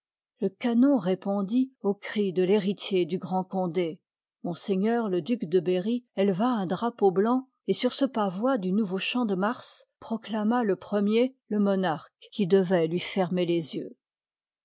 le canon répondit au cri de l'héritier du grand condé m le duc de berry éleva un drapeau blanc et sur ce pavois du nouveau champ-de-mars proclama le premier je monarque qui dçvoit lui fermer les yeujf